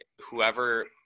whoever